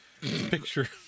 Picture